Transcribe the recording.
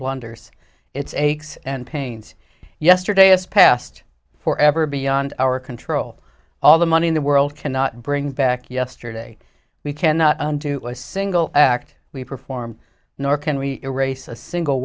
blunders its aches and pains yesterday as past for ever beyond our control all the money in the world cannot bring back yesterday we cannot undo a single act we perform nor can we erase a single